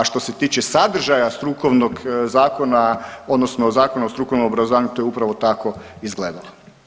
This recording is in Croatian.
A što se tiče sadržaja strukovnog zakona odnosno Zakona o strukovnom obrazovanju to je upravo tako izgledalo.